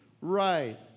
Right